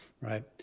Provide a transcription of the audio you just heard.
right